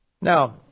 Now